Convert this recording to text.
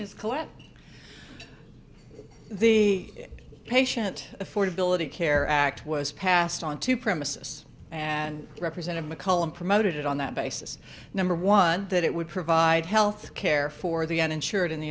ms collette the patient affordability care act was passed on to premises and represented mccollum promoted on that basis number one that it would provide health care for the uninsured in the